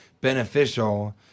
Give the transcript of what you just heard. beneficial